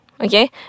okay